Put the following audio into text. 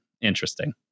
interesting